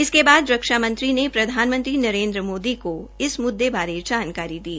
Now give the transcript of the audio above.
इसके बाद रक्षा मंत्री ने प्रधानमंत्री नरेन्द्र मोदी को इस मुद्दे बारे जानकारी दी